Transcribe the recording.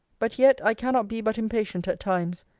but yet, i cannot be but impatient at times,